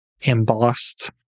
embossed